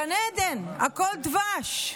גן עדן, הכול דבש.